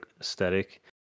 aesthetic